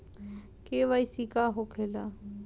KYC का होखेला?